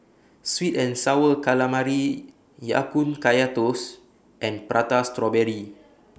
Sweet and Sour Calamari Ya Kun Kaya Toast and Prata Strawberry